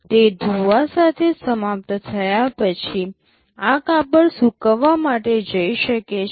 તે ધોવા સાથે સમાપ્ત થયા પછી આ કાપડ સૂકવવા માટે જઈ શકે છે